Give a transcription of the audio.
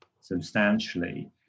substantially